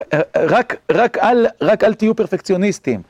רק אל תהיו פרפקציוניסטים.